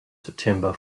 september